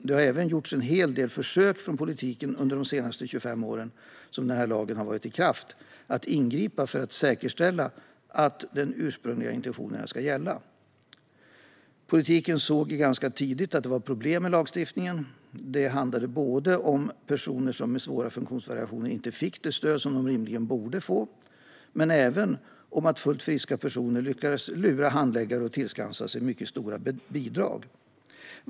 Det har även gjorts en hel del försök från politiken under de senaste 25 åren som lagen varit i kraft att ingripa för att säkerställa att de ursprungliga intentionerna ska gälla. Politiken såg ganska tidigt att det var problem med lagstiftningen. Det handlade både om att personer med svåra funktionsvariationer inte fick det stöd de rimligen borde ha fått och om att fullt friska personer lyckades lura handläggare och tillskansa sig mycket stora bidrag.